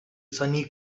sunny